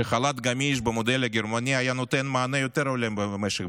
שחל"ת גמיש במודל הגרמני היה נותן מענה הולם יותר למשק,